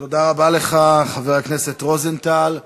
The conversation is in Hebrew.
תודה רבה לך, חבר הכנסת רוזנטל.